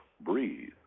breathe